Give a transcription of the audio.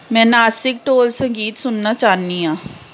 में नासिक ढोल संगीत सुनना चाह्न्नी आं